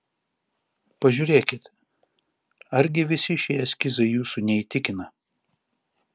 pažiūrėkit argi visi šie eskizai jūsų neįtikina